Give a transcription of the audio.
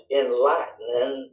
enlightening